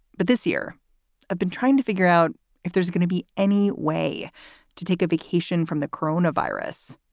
but this year i've been trying to figure out if there's gonna be any way to take a vacation from the corona virus.